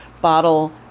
bottle